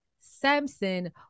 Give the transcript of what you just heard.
Samson